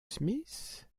smith